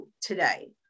today